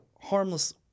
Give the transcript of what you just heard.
harmless